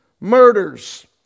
murders